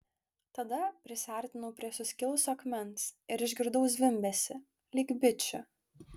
tada prisiartinau prie suskilusio akmens ir išgirdau zvimbesį lyg bičių